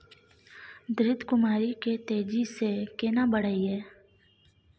घृत कुमारी के तेजी से केना बढईये?